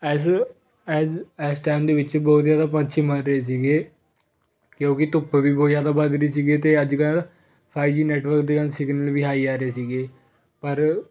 as ਐਜ ਇਸ time ਦੇ ਵਿੱਚ ਬਹੁਤ ਜ਼ਿਆਦਾ ਪੰਛੀ ਮਰ ਰਹੇ ਸੀਗੇ ਕਿਉਂਕਿ ਧੁੱਪ ਵੀ ਬਹੁਤ ਜ਼ਿਆਦਾ ਵੱਧ ਰਹੀ ਸੀਗੀ ਅਤੇ ਅੱਜ ਕੱਲ ਫਾਈਵ ਜੀ ਨੈਟਵਰਕ ਦੇ ਹੁਣ ਸਿਗਨਲ ਵੀ ਹਾਈ ਆ ਰਹੇ ਸੀਗੇ ਪਰ